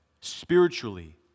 spiritually